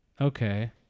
Okay